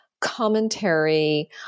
commentary